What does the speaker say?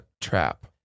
trap